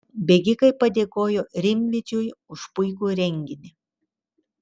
bėgikai padėkojo rimvydžiui už puikų renginį